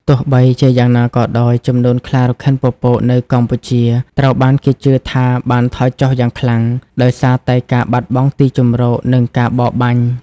ទោះបីជាយ៉ាងណាក៏ដោយ ចំនួនខ្លារខិនពពកនៅកម្ពុជាត្រូវបានគេជឿថាបានថយចុះយ៉ាងខ្លាំង ដោយសារតែការបាត់បង់ទីជម្រក និងការបរបាញ់។